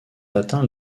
atteint